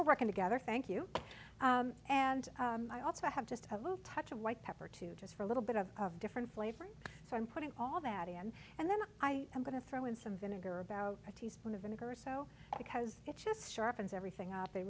now working together thank you and i also have just a little touch of white pepper too just for a little bit of a different flavor so i'm putting all that again and then i am going to throw in some vinegar about a teaspoon of vinegar or so because it just sharpens everything up they